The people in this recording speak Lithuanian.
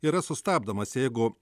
yra sustabdomas jeigu